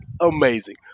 amazing